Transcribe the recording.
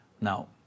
Now